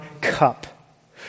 cup